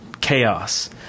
chaos